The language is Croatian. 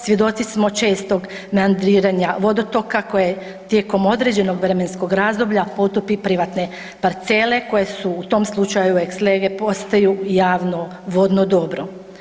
Svjedoci smo čestog … [[Govornik se ne razumije]] vodotoka koji tijekom određenog vremenskog razdoblja potopi privatne parcele koje su u tom slučaju ex lege, postaju javno vodno dobro.